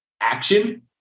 action